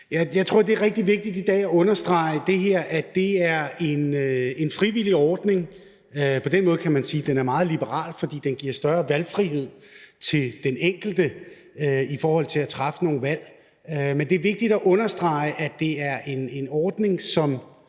Jeg tror, det er rigtig vigtigt i dag at understrege, at det her er en frivillig ordning. På den måde kan man sige, at den er meget liberal, fordi den giver større valgfrihed til den enkelte i forhold til at træffe nogle valg. Men det er vigtigt at understrege, at det er en ordning, som